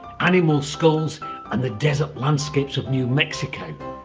animal skulls and the desert landscapes of new mexico.